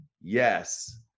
Yes